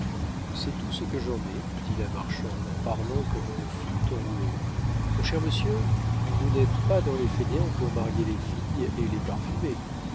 c'est tout ce que j'en ai dit la marchande en parlant comme une flûte enrouée mon cher monsieur vous n'êtes pas dans les fainéants pour marier les filles et les parfumer